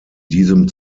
diesem